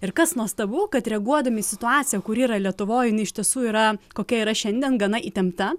ir kas nuostabu kad reaguodami į situaciją kuri yra lietuvoj jinai iš tiesų yra kokia yra šiandien gana įtempta